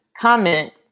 comment